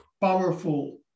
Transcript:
powerful